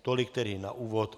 Tolik tedy na úvod.